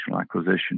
acquisition